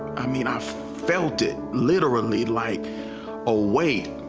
i mean, i felt it, literally, like a weight